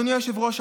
אדוני היושב-ראש,